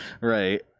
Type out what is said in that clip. right